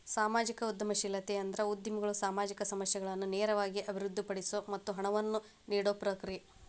ಸಾಮಾಜಿಕ ಉದ್ಯಮಶೇಲತೆ ಅಂದ್ರ ಉದ್ಯಮಿಗಳು ಸಾಮಾಜಿಕ ಸಮಸ್ಯೆಗಳನ್ನ ನೇರವಾಗಿ ಅಭಿವೃದ್ಧಿಪಡಿಸೊ ಮತ್ತ ಹಣವನ್ನ ನೇಡೊ ಪ್ರಕ್ರಿಯೆ